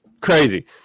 crazy